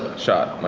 shot.